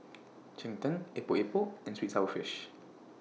Cheng Tng Epok Epok and Sweet and Sour Fish